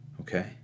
okay